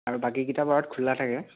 আৰু বাকীকেইটা বাৰত খোলা থাকে